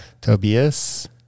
Tobias